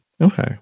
Okay